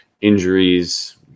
Injuries